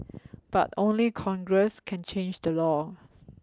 but only Congress can change the law